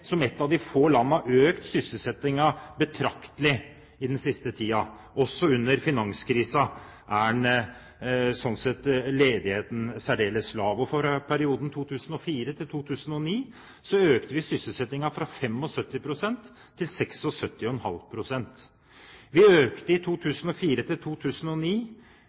som et av de få landene, har økt sysselsettingen betraktelig i den siste tiden – også under finanskrisen er ledigheten særdeles lav. For perioden 2004–2009 økte vi sysselsettingen fra 75 pst. til 76,5 pst. Fra 2004 til 2009 økte vi antall jobber med 253 000, 190 000 i